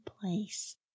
place